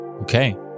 Okay